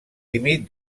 límit